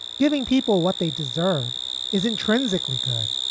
giving people what they deserve is intrinsically good.